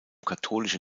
katholische